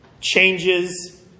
changes